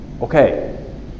Okay